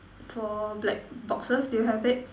four black boxes do you have it